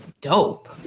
dope